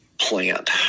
plant